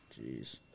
Jeez